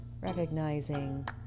recognizing